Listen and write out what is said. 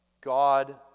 God